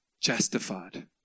Justified